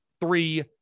three